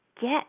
Get